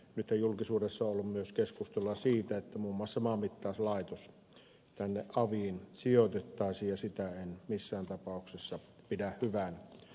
nythän julkisuudessa on ollut myös keskustelua siitä että muun muassa maanmittauslaitos aviin sijoitettaisiin ja sitä en missään tapauksessa pidä hyvänä